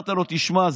ואמרת לו: תשמע,